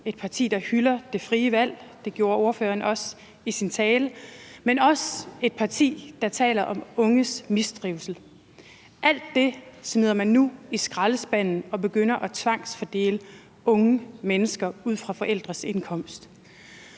et parti, der hylder det frie valg – det gjorde ordføreren også i sin tale – men også et parti, der taler om unges mistrivsel. Alt det smider man nu i skraldespanden og begynder at tvangsfordele unge mennesker ud fra forældres indkomst.